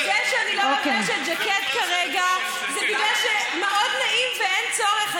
וזה שאני לא לובשת ז'קט כרגע זה בגלל שמאוד נעים ואין צורך.